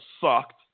sucked